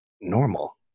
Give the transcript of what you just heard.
normal